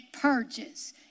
purges